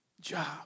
job